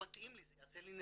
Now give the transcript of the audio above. רמ"ח אבריי, אני גאה להיות